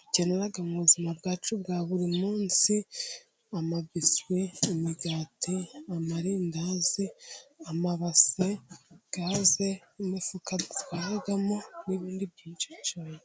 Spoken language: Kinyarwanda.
,dukenera mu buzima bwacu bwa buri munsi: amabase ,imigati ,amarindazi ,amabase ,gaze imifuka, dutwaramo n'ibindi byinshi.